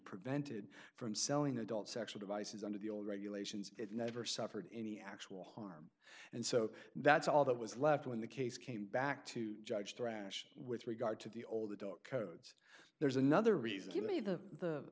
prevented from selling adult sexual devices under the old regulations it never suffered any actual harm and so that's all that was left when the case came back to judge the rash with regard to the old adult codes there's another reason give me the